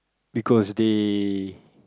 because they